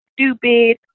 stupid